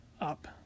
up